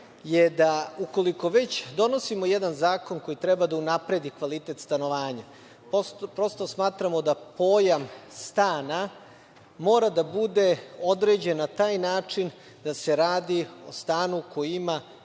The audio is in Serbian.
je da, ukoliko već donosimo jedan zakon koji treba da unapredi kvalitet stanovanja, prosto smatramo da pojam stana mora da bude određen na taj način da se radi o stanu koji ima